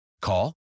Call